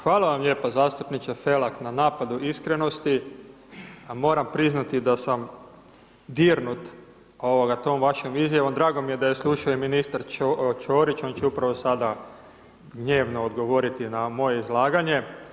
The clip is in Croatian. Hvala vam lijepa zastupniče Felak na napadu iskrenosti, a moram priznati da sam dirnut tom vašom izjavom, drago mi je da je slušao i ministar Ćorić, on će upravo sada gnjevno odgovoriti na moje izlaganje.